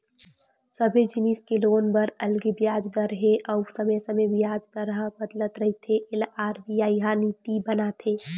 सबे जिनिस के लोन बर अलगे बियाज दर हे अउ समे समे बियाज दर ह बदलत रहिथे एला आर.बी.आई ह नीति बनाथे